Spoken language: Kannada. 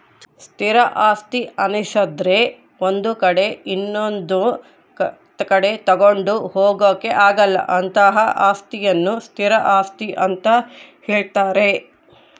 ಸ್ಥಿರ ಆಸ್ತಿ ಅನ್ನಿಸದ್ರೆ ಒಂದು ಕಡೆ ಇನೊಂದು ಕಡೆ ತಗೊಂಡು ಹೋಗೋಕೆ ಆಗಲ್ಲ ಅಂತಹ ಅಸ್ತಿಯನ್ನು ಸ್ಥಿರ ಆಸ್ತಿ ಅಂತ ಹೇಳ್ತಾರೆ